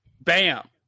bam